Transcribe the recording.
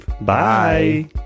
Bye